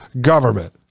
government